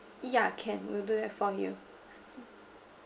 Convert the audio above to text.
yeah can we'll do that for you